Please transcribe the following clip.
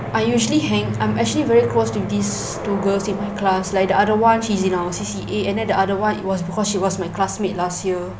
I usually hang I'm actually very close to these two girls in my class like the other one she's in our C_C_A and then the other one it was because she was my classmate last year